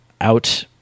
out